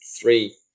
three